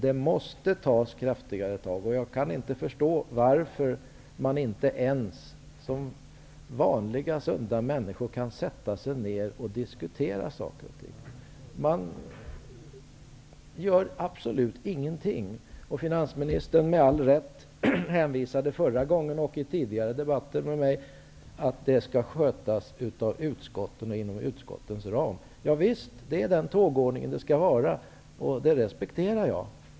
Det måste tas kraftigare tag. Jag kan inte förstå varför inte vanliga sunda människor ens kan sätta sig ner och diskutera saker och ting. Man gör absolut ingenting. Finansministern sade, och hon har sagt det i tidigare debatter med mig, med all rätt att det skall skötas av utskotten och inom utskottens ram. Ja visst, det är den tågordning som det skall vara, och det respekterar jag.